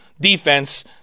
defense